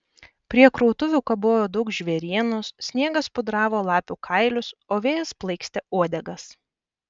prie krautuvių kabojo daug žvėrienos sniegas pudravo lapių kailius o vėjas plaikstė uodegas